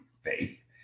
faith